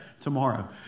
tomorrow